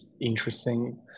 interesting